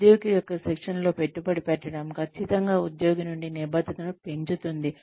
ఉద్యోగి యొక్క శిక్షణలో పెట్టుబడి పెట్టడం ఖచ్చితంగా ఉద్యోగి నుండి నిబద్ధతను పెంచుతుంది